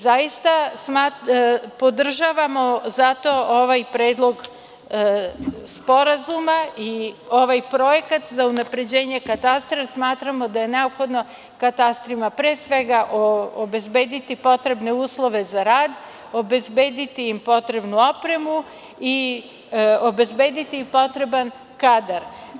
Zaista podržavamo ovaj predlog sporazuma i ovaj projekat za unapređenje katastra, jer smatramo da je neophodno da katastrima treba pre svega obezbediti potrebne uslove za rad, obezbediti im potrebnu opremu i obezbediti im potreban kadar.